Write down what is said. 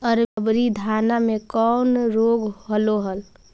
अबरि धाना मे कौन रोग हलो हल?